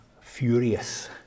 furious